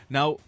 Now